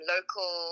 Local